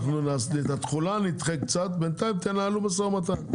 אנחנו את התחולה נדחה קצת בינתיים תנהלו משא ומתן.